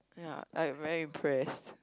ya like very impressed